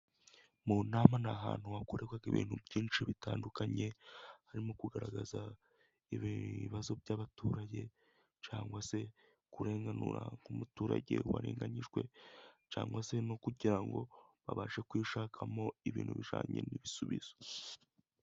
Mu nama ni ahantu hakorerwa ibintu byinshi bitandukanye, harimo kugaragaza ibibazo by'abaturage cyangwa se kurenganura nk'umuturage warenganyijwe, cyangwa se no kugira ngo babashe kwishakamo ibintu bijyanye n'ibisubizo.